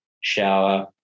shower